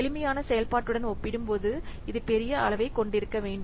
எளிமையான செயல்பாட்டுடன் ஒப்பிடும்போது இது பெரிய அளவைக் கொண்டிருக்க வேண்டும்